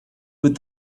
with